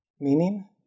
meaning